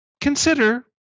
consider